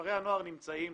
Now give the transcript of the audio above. רובם נמצאים